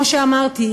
כמו שאמרתי,